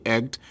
Act